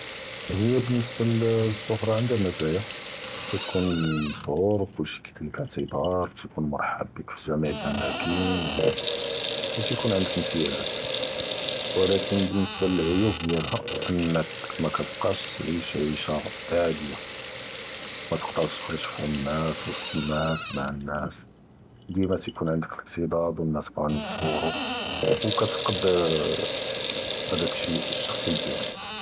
הו באלניסבה לאש-שהרה, ע’נדהא מזיא כיתכון מש’הור ו כלשי ו כיתכון מרחב בייק פ ג’אמי’ אלאמאקאן ו תיכ’ון ע’נדך אימתיאזאת, ו לכן באלניסבה לאעיווב דיאלהא אנק מקבקש ת’עיש ע’ישה עאדיה, מת’קדרש ת’חר’ג כחאל אלנאס ויסת אלנאס ו מ’ע אלנאס, ו דימה תיכ’ון ע’נדך אלאקט’ד’אז ו אלנאס בג’ין יתצ’ורו ו כיתפ’קד האדאכ אלש’ש’ח’סי דיאלי.